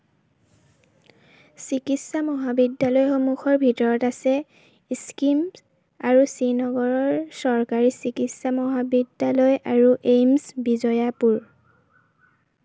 চিকিৎসা মহাবিদ্যালয়সমূহৰ ভিতৰত আছে স্কিম্ছ আৰু শ্ৰীনগৰৰ চৰকাৰী চিকিৎসা মহাবিদ্যালয় আৰু এইম্ছ বিজয়পুৰ